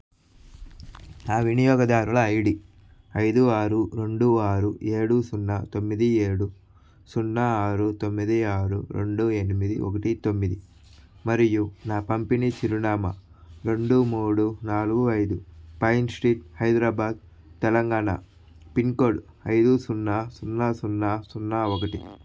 నా వినియోగదారుల ఐడి ఐదు ఆరు రెండు ఆరు ఏడు సున్నా తొమ్మిది ఏడు సున్నా ఆరు తొమ్మిది ఆరు రెండు ఎనిమిది ఒకటి తొమ్మిది మరియు నా పంపిణీ చిరునామా రెండు మూడు నాలుగు ఐదు Pine Street Hyderabad Telangana pin code ఐదు సున్నా సున్నా సున్నా సున్నా ఒకటి